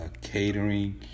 catering